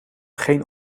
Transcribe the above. geen